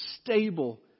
stable